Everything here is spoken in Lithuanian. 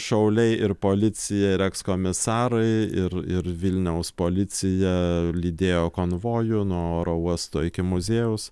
šauliai ir policija ir ekskomisarai ir ir vilniaus policija lydėjo konvojų nuo oro uosto iki muziejaus